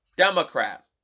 Democrat